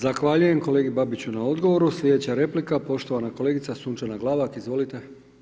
Zahvaljujem kolegi Babiću na odgovoru, slijedeća replika poštovana kolegica Sunčana Glavak, izvolite.